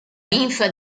ninfa